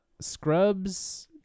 Scrubs